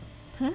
ha